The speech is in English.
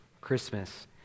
Christmas